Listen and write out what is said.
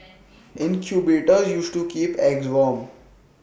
incubators used to keep eggs warm